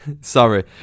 sorry